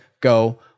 go